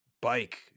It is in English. bike